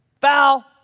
Foul